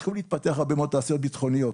התחילו להתפתח הרבה מאוד תעשיות ביטחוניות.